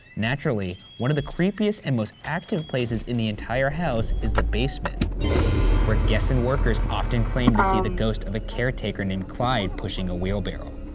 naturally, one of the creepiest and most active places in the entire house is the basement where guests and workers often claimed to see the ghost of a caretaker named clyde pushing a wheel barrow.